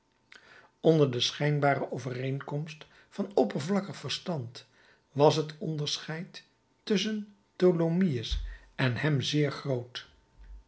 onder de schijnbare overeenkomst van oppervlakkig verstand was het onderscheid tusschen tholomyes en hem zeer groot